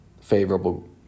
favorable